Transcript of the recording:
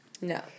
No